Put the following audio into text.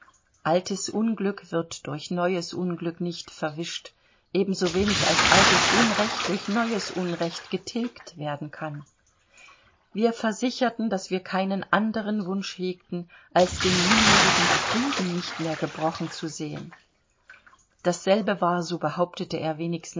altes unglück wird durch neues unglück nicht verwischt ebensowenig als altes unrecht durch neues unrecht getilgt werden kann wir versicherten daß wir keinen anderen wunsch hegten als den nunmehrigen frieden nicht mehr gebrochen zu sehen dasselbe war so behauptete er wenigstens